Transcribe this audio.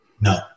No